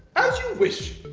as you wish!